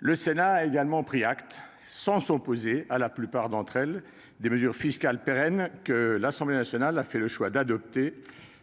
Le Sénat a également pris acte, sans s'opposer à la plupart d'entre elles, des mesures fiscales pérennes que l'Assemblée nationale a fait le choix d'adopter,